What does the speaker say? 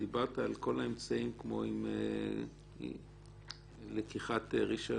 דיברת על כל האמצעים כמו לקיחת רישיון